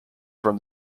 from